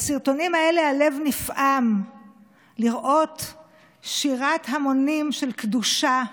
בסרטונים האלה הלב נפעם לראות שירת המונים של קדושה,